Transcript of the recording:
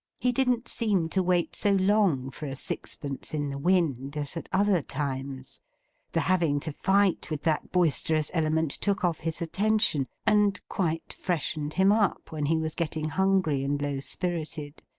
he didn't seem to wait so long for a sixpence in the wind, as at other times the having to fight with that boisterous element took off his attention, and quite freshened him up, when he was getting hungry and low-spirited.